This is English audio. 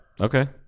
okay